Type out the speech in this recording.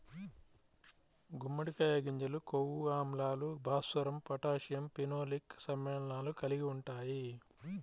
గుమ్మడికాయ గింజలు కొవ్వు ఆమ్లాలు, భాస్వరం, పొటాషియం, ఫినోలిక్ సమ్మేళనాలు కలిగి ఉంటాయి